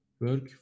Work